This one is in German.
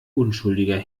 unschuldiger